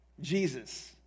Jesus